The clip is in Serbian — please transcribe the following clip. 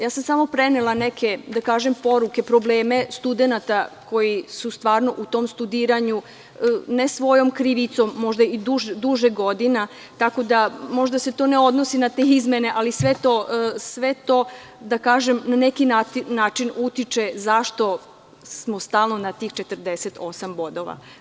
Ja sam samo prenela neke poruke, probleme studenata koji su stvarno u tom studiranju, ne svojom krivicom, možda i duže godina, tako da se možda to ne odnosi na te izmene, ali sve to, da kažem, na neki način utiče, zašto smo stalno na tih 48 bodova.